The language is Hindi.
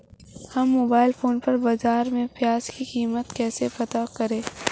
हम मोबाइल फोन पर बाज़ार में प्याज़ की कीमत कैसे पता करें?